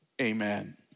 amen